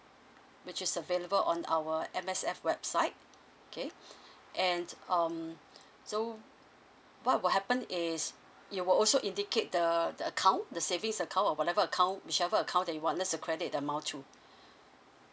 which is available on our at M_S_F website okay and um so what will happen is you will also indicate the the account the savings account or whatever account whichever account that you want us to credit the amount to